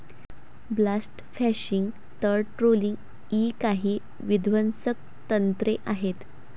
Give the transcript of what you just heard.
blast fishing, तळ trawling इ काही विध्वंसक तंत्रे आहेत